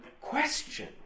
question